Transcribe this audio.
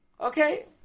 Okay